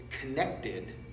connected